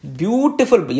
beautiful